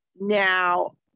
Now